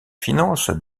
finances